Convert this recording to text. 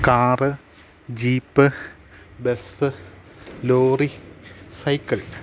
car jeep bus lorry cycle